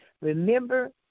Remember